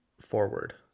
forward